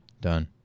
Done